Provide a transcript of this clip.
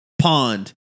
pond